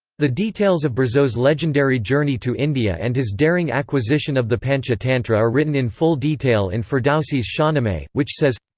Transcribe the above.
the details of burzoe's legendary journey to india and his daring acquisition of the panchatantra are written in full detail in ferdowsi's shahnameh, which says